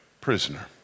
prisoner